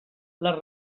les